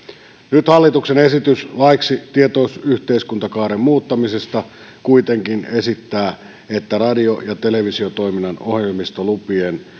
nyt hallituksen esitys laiksi tietoyhteiskuntakaaren muuttamisesta kuitenkin esittää että radio ja televisiotoiminnan ohjelmistolupien